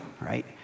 right